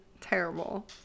Terrible